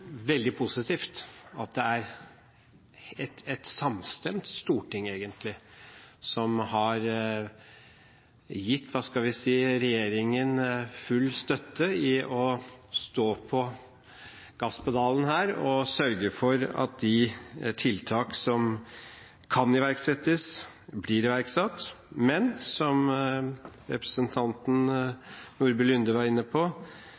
veldig positivt at det egentlig er et samstemt storting som har gitt regjeringen full støtte i å stå på gasspedalen her og sørge for at de tiltak som kan iverksettes, blir iverksatt. Men, som representanten Nordby Lunde var inne på,